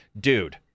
dude